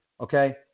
Okay